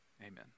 Amen